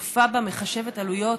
צופה בה מחשבת עלויות,